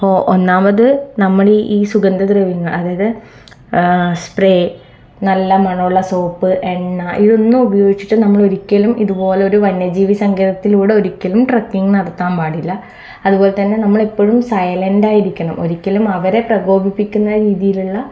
ഇപ്പോ ഒന്നാമത് നമ്മൾ ഈ സുഗന്ധ ദ്രവ്യങ്ങൾ അതായത് സ്പ്രൈ നല്ല മണമുള്ള സോപ്പ് എണ്ണ ഇതൊന്നും ഉപയോഗിച്ചിട്ട് നമ്മൾ ഒരിക്കലും ഇതുപോലെ ഒരു വന്യജീവി സങ്കേതത്തിലൂടെ ഒരിക്കലും ട്രക്കിങ് നടത്താൻ പാടില്ല അതുപോലെ തന്നെ നമ്മൾ എപ്പോഴും സൈലൻറ്റ് ആയിരിക്കണം ഒരിക്കലൂം അവരെ പ്രകോപിപ്പിക്കുന്ന രീതിയിലുള്ള